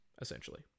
essentially